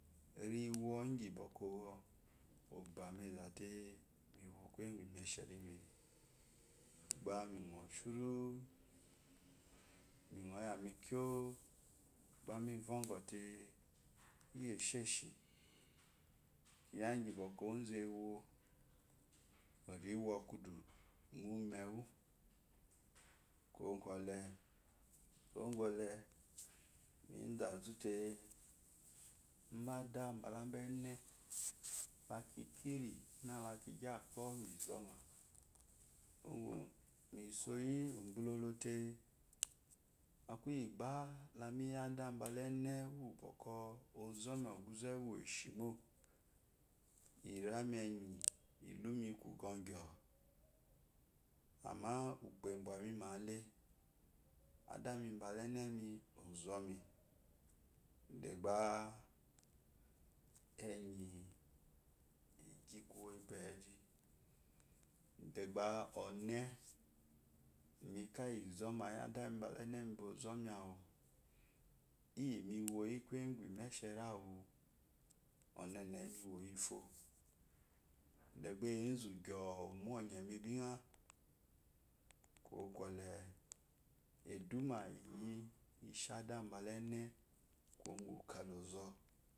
Ele wo kibwɔkwɔ owo obani ezate miwo kuye gu mehen mi gba mi ngo shuru ningo yami kyoo gbemi vŋgwo iyi egsheshi laki bwɔkwɔle mi da zute nbada bela nbaene lakikiri na laki gyi akpo mi zoma misoyi ugbulolote akuyigba lami yi ada bala ene wokwɔ ozomi ogumi oguzw we shimo iram enyi ilumi kugwo amma ukpo ebwamimal aadami bale enemi ozomi de gba emi gyi kuwo bwo eji da gba one meka iyi zoma yi nemi bala adami bwa ozomi awu iyimiwoyi kuye gun imesheri awu omene miwoyifo degba enzu gyoo omonye mi binga kuwo kwile edume eyi ishe ada bala ene kuwo gu kda onzo.